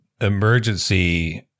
emergency